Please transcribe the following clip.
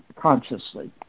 consciously